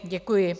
Děkuji.